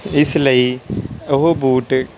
ਇਸ ਲਈ ਉਹ ਬੂਟ